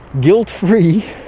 guilt-free